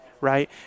right